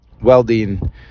welding